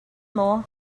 maw